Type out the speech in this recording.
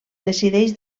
decideix